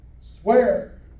swear